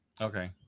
Okay